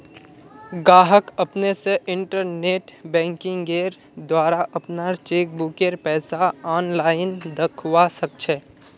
गाहक अपने स इंटरनेट बैंकिंगेंर द्वारा अपनार चेकबुकेर पैसा आनलाईन दखवा सखछे